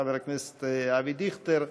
חבר הכנסת אבי דיכטר,